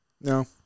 No